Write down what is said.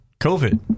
COVID